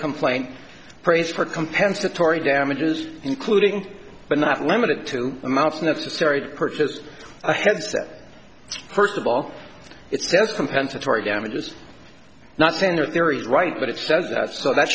complaint praise for compensatory damages including but not limited to amounts necessary to purchase a headset first of all it's just compensatory damages not center theories right but it says that so that